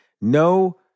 No